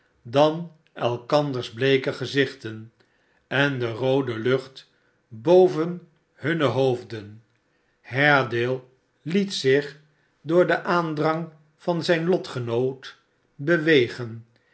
dan elkanders bleeke gezichten en de roode lucht boven hunne hoofden haredale het zich door den aandrang van zijn lotgenoot bewegen